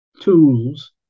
tools